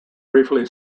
briefly